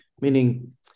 meaning